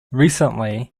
recently